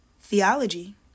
Theology